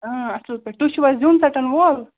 اَصٕل پٲٹھۍ تُہۍ چھِو حظ زِیُن ژَٹَن وول